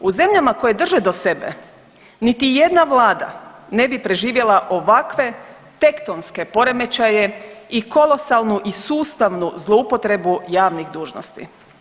U zemljama koje drže do sebe niti jedna vlada ne bi preživjela ovakve tektonske poremećaje i kolosalnu i sustavu zloupotrebu javnih dužnosti.